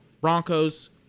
Broncos